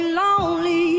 lonely